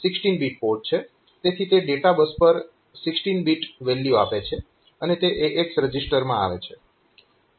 તેથી તે data bus પર 16 બીટ વેલ્યુ આપે છે અને તે AX રજીસ્ટરમાં આવે છે